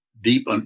deep